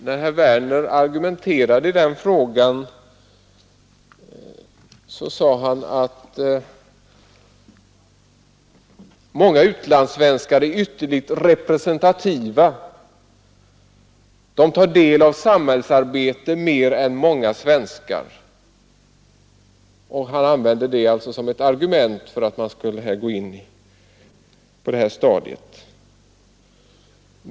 När herr Werner i Malmö argumenterade i den frågan sade han att många utlandssvenskar är ytterligt representativa, de tar del av samhällsarbetet mer än många andra svenskar. Han använde det som ett argument för att gå in på det här stadiet.